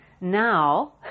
now